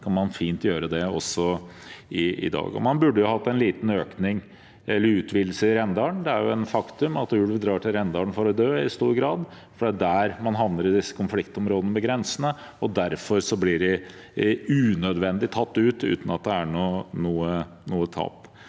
Man burde hatt en liten økning, eller utvidelse, i Rendalen. Det er et faktum at ulv drar til Rendalen for å dø, i stor grad, for det er der man havner i disse konfliktområdene ved grensene, og derfor blir de unødvendig tatt ut, uten at det er noe tap.